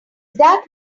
that